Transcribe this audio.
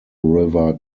river